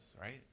Right